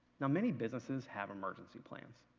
now many businesses have emergency plans.